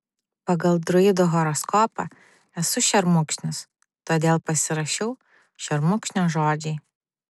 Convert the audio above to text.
pagal druidų horoskopą esu šermukšnis todėl pasirašiau šermukšnio žodžiai